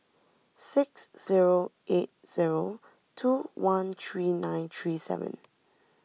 six zero eight zero two one three nine three seven